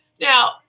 now